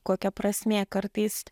kokia prasmė kartais